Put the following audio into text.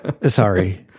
Sorry